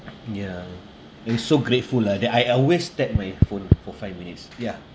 ya I'm so grateful lah that I always tap my phone for five minutes ya